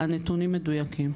הנתונים מדויקים.